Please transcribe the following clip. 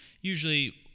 usually